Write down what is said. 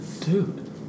dude